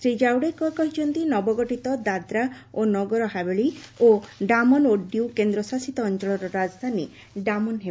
ଶ୍ରୀ କାୱଡେକର କହିଛନ୍ତି ନବଗଠିତ ଦାଦ୍ରା ଓ ନଗର ହାବେଳି ଓ ଡାମନ ଏବଂ ଡିଉ କେନ୍ଦ୍ରଶାସିତ ଅଞ୍ଚଳର ରାଜଧାନୀ ଡାମନ ହେବ